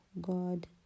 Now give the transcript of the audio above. God